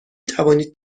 توانید